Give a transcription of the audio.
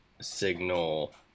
signal